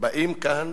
באים כאן